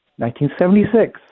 1976